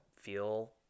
feel